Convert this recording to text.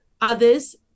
others